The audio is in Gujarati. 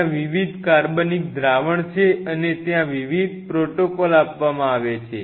ત્યાં વિવિધ કાર્બનિક દ્રાવણ છે અને ત્યાં વિવિધ પ્રોટોકોલ આપવામાં આવ્યા છે